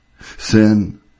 Sin